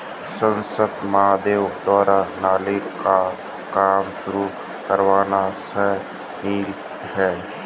सांसद महोदय द्वारा नाली का काम शुरू करवाना सराहनीय है